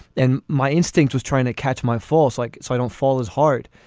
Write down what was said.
and my instinct was trying to catch my fault like so i don't fall as hard.